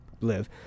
live